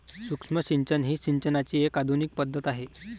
सूक्ष्म सिंचन ही सिंचनाची एक आधुनिक पद्धत आहे